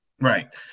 Right